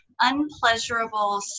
unpleasurable